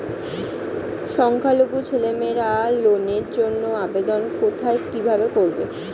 সংখ্যালঘু ছেলেমেয়েরা লোনের জন্য আবেদন কোথায় কিভাবে করবে?